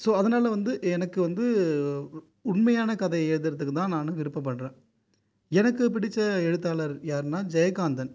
so அதனால் வந்து எனக்கு வந்து உண்மையான கதை எழுதுகிறத்துக்கு தான் நான் விருப்பப்படுகிறேன் எனக்கு பிடித்த எழுத்தாளர் யாருன்னால் ஜெயகாந்தன்